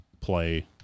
play